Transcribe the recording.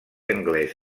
anglès